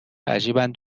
عجیبند